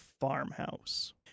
farmhouse